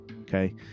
Okay